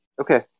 Okay